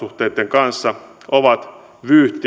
kanssa ovat vyyhti ja yhteys